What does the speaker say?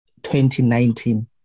2019